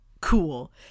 cool